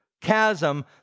chasm